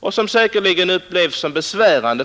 Man har emellertid satt in de bussarna